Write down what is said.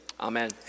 amen